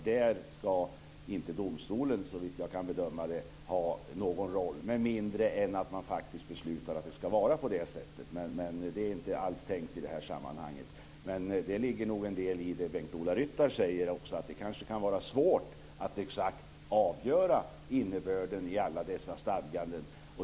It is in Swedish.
Där ska inte domstolen, såvitt jag kan bedöma det, ha någon roll med mindre än att man faktiskt beslutar att det ska vara på det sättet. Men det är inte alls tänkt i det här sammanhanget. Det ligger nog en del i det Bengt-Ola Ryttar säger, att det kanske kan vara svårt att exakt avgöra innebörden i alla dessa stadganden.